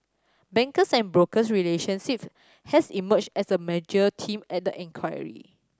banks and broker have emerged as a major theme at the inquiry